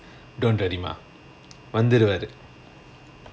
don't worry மா வந்துருவாரு:maa vanthuruvaaru